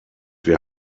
wir